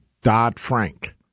Dodd-Frank